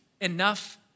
enough